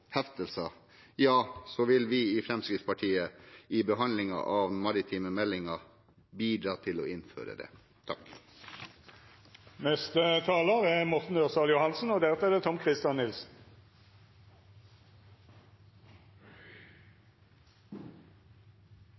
vil vi i Fremskrittspartiet i behandlingen av den maritime meldingen bidra til å innføre det. Aller først må jeg bare få understreke én eneste ting: Det